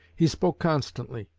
he spoke constantly,